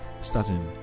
starting